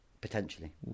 potentially